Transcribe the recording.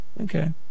okay